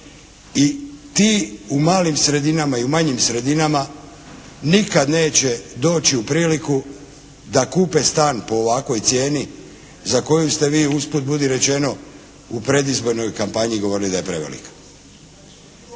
i ti u malim sredinama i u manjim sredinama nikad neće doći u priliku da kupe stan po ovakvoj cijeni za koju ste vi usput budi rečeno u predizbornoj kampanji govorili da je prevelika.